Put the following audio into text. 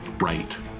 Right